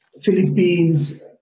Philippines